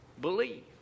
Believe